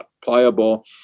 pliable